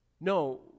No